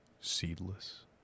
Seedless